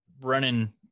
running